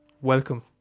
welcome